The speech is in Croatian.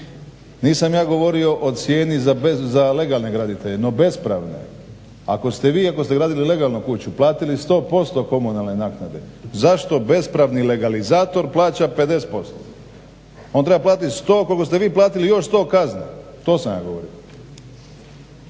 Nisam ja govorio o cijeni za legalne graditelje, no bespravne. Ako ste vi, ako ste gradili legalno kuću platili 100% komunalne naknade zašto bespravni legalizator plaća 50%. On treba platit 100 koliko ste vi platili i još 100 kazne. To sam ja govorio.